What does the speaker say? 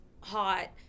hot